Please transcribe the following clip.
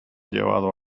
llevado